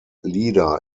leader